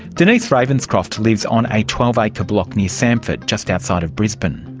denise ravenscroft lives on a twelve acre block near samford just outside of brisbane.